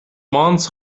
مانتس